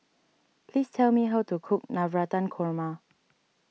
please tell me how to cook Navratan Korma